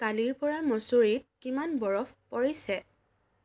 কালিৰ পৰা মচুৰীত কিমান বৰফ পৰিছে